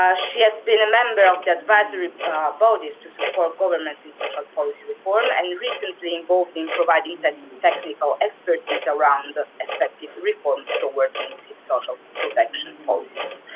ah she has been a member of the advisory bodies to support governments in social policy reform and recently involved in providing technical expertise around ah effective reforms towards inclusive social protection policies.